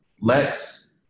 Lex